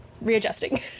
Readjusting